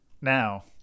Now